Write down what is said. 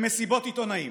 במסיבות עיתונאים.